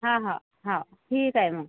हं हं हं ठीकंय मग